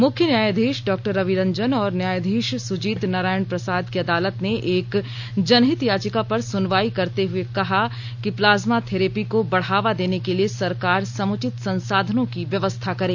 मुख्य न्यायधीश डॉ रवि रंजन और न्यायधीश सुजीत नारायण प्रसाद की अदालत ने एक जनहित याचिका पर सुनवाई करते कहा कि प्लाज्मा थेरेपी को बढ़ावा देने के लिए सरकार समुचित संसाधनों की व्यवस्था करे